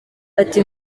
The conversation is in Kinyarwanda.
ati